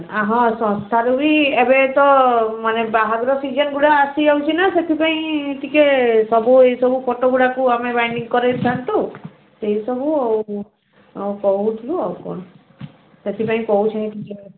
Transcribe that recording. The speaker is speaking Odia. ହଁ ସଂସ୍ଥାରୁ ବି ଏବେ ତ ମାନେ ବାହାଘର ସିଜନ୍ ଗୁଡ଼ା ଆସିଯାଉଛି ନା ସେଥିପାଇଁ ଟିକେ ସବୁ ଏଇସବୁ ଫଟୋ ଗୁଡ଼ାକୁ ଆମେ ବାଇଣ୍ଡିଙ୍ଗ କରାଇ ଥାଆନ୍ତୁ ସେଇସବୁ ଆଉ ଆଉ କହୁଥିଲୁ ଆଉ କ'ଣ ସେଥିପାଇଁ କହୁଛେ